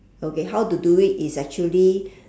okay how to do it is actually